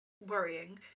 Worrying